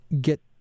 get